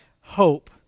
hope